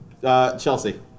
Chelsea